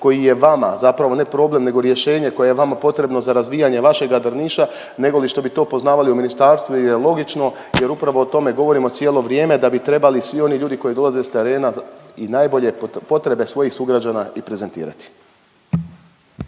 koji je vama, zapravo ne problem nego rješenje koje je vama potrebno za razvijanje vašega Drniša, nego li što bi to poznavali u ministarstvu jer je logično i jer upravo o tome govorimo cijelo vrijeme, da bi trebali svi oni ljudi koji dolaze s terena i najbolje potrebe svojih sugrađana i prezentirati.